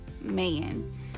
Man